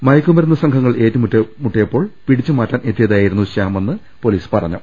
മയക്കുമരുന്ന് സംഘങ്ങൾ ഏറ്റുമുട്ടിയപ്പോൾ പിടിച്ചു മാറ്റാൻ എത്തിയതായിരുന്നു ശൃാം എന്ന് പൊലീസ് പറ ഞ്ഞു